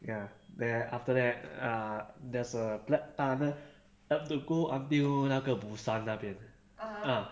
ya there after that ah there's a black tunnel uh to go until 那个 busan 那边 uh